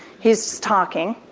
he's talking.